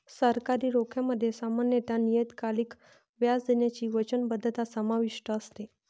सरकारी रोख्यांमध्ये सामान्यत नियतकालिक व्याज देण्याची वचनबद्धता समाविष्ट असते